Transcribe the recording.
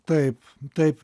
taip taip